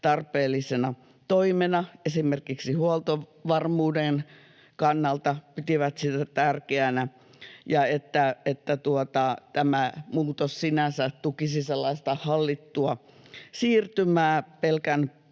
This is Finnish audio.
tarpeellisena toimena, esimerkiksi huoltovarmuuden kannalta pitivät sitä tärkeänä ja näkivät, että tämä muutos sinänsä tukisi sellaista hallittua siirtymää pelkän